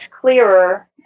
clearer